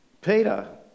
Peter